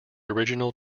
original